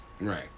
Right